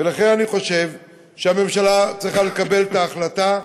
ולכן אני חושב שהממשלה צריכה לקבל את ההחלטה.